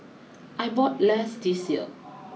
I bought less this year